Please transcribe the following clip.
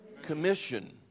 commission